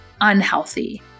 unhealthy